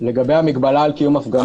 לגבי המגבלה על קיום הפגנות,